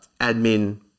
admin